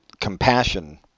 compassion